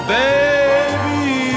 baby